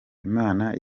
imana